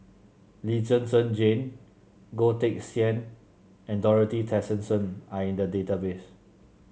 Lee Zhen Zhen Jane Goh Teck Sian and Dorothy Tessensohn are in the database